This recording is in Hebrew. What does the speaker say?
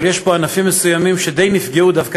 אבל יש פה ענפים מסוימים שדי נפגעו דווקא